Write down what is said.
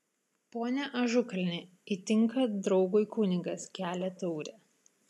pone ažukalni įtinka draugui kunigas kelia taurę